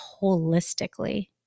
holistically